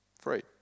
free